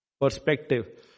perspective